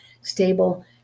stable